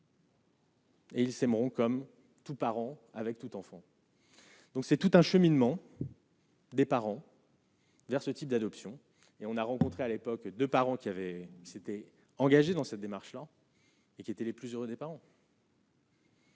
Et ils s'aimeront comme tout parent avec tout enfant. Donc c'est tout un cheminement. Des parents. Vers ce type d'adoption et on a rencontré à l'époque de parents qui avaient s'étaient engagés dans cette démarche-là et qui étaient les plus heureux des parents.